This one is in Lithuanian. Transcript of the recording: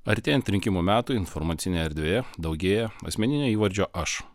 artėjant rinkimų metui informacinėje erdvėje daugėja asmeninio įvardžio aš